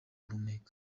guhumeka